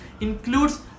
includes